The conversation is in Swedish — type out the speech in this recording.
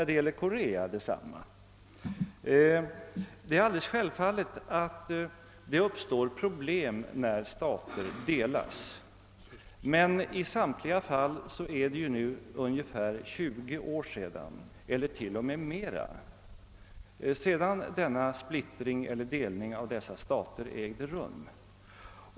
Det är alldeles självklart att det uppstår problem när stater delas. Men i samtliga dessa fall är det nu 20 år eller mer sedan delningen av staterna ägde rum.